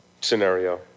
scenario